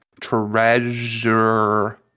Treasure